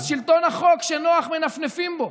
אז שלטון החוק, כשנוח, מנפנפים בו.